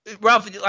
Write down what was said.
Ralph